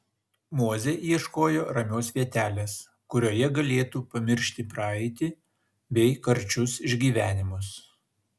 mozė ieškojo ramios vietelės kurioje galėtų pamiršti praeitį bei karčius išgyvenimus